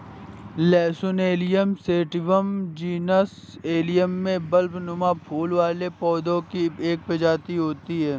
लहसुन allium sativum genus allium में बल्बनुमा फूल वाले पौधे की एक प्रजाति है